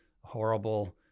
horrible